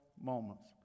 moments